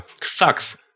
Sucks